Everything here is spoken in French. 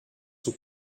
sont